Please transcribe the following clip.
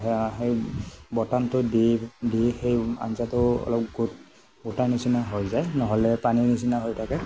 সেই বটামটো দি দি সেই আঞ্জাটো অলপ গোট গোটা নিচিনা হৈ যায় নহ'লে পানীৰ নিচিনা হৈ থাকে